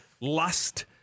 lust